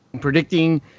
predicting